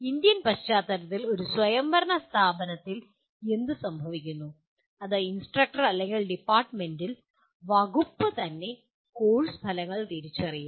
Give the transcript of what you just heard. Indian പശ്ചാത്തലത്തിൽ ഒരു സ്വയംഭരണ സ്ഥാപനത്തിൽ എന്ത് സംഭവിക്കുന്നു അത് ഇൻസ്ട്രക്ടർ അല്ലെങ്കിൽ ഡിപ്പാർട്ട്മെന്റിൽ വകുപ്പ് തന്നെ കോഴ്സ് ഫലങ്ങൾ തിരിച്ചറിയും